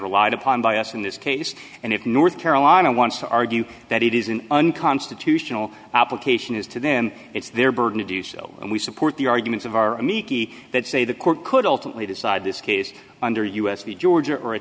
relied upon bias in this case and if north carolina wants to argue that it is an unconstitutional application is to then it's their burden to do so and we support the arguments of our miki that say the court could ultimately decide this case under us the georgia or a